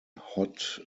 hot